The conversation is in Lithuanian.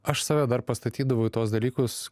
aš save dar pastatydavau į tuos dalykus